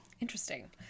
interesting